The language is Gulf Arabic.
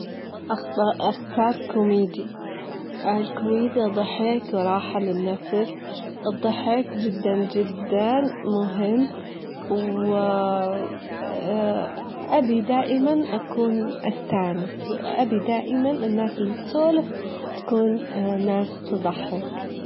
عشان تكوين التيشرت، تحطين التيشرت على طاولة مستوية، وتخلينها دايمًا المكواة على حرارة مناسبة، بعدين تبتدين من المناطج الكبيرة، تبدين بالضهار، تبدبن بالصدر، بعدين تمشين على الأكمام والأطراف.